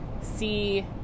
see